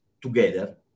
together